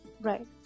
Right